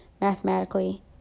mathematically